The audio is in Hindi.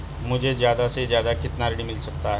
मुझे ज्यादा से ज्यादा कितना ऋण मिल सकता है?